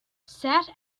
sat